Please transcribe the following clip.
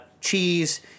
cheese